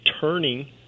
turning